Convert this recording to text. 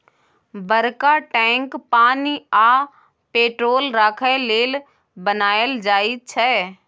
बरका टैंक पानि आ पेट्रोल राखय लेल बनाएल जाई छै